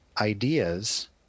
ideas